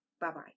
Bye-bye